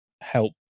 help